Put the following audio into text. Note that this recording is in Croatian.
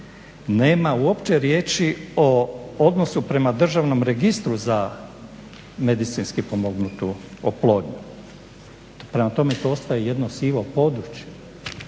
nema uopće riječi o odnosu prema Državnom registru za medicinski pomognutu oplodnju. Prema tome, to ostaje jedno sivo područje.